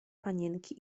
panienki